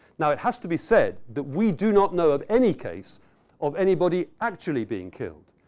now, it has to be said that we do not know of any case of anybody actually being killed.